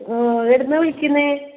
എവിടെ നിന്നാണ് വിളിക്കുന്നത്